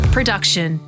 Production